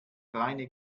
reine